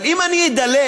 אבל אם אני אדלג,